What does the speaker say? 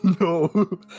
No